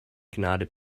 gnade